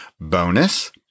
Bonus